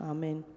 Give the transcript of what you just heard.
Amen